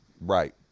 Right